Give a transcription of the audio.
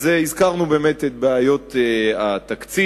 אז הזכרנו באמת את בעיות התקציב,